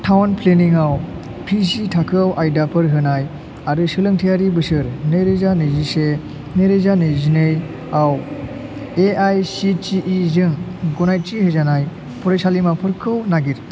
town planning आव PG थाखोआव आयदाफोर होनाय आरो सोलोंथायारि बोसोर नैरोजा नैजिसे नैरोजा नैजिनै आव एआईसिटिइ जों गनायथि होजानाय फरायसालिमाफोरखौ नागिर